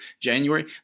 January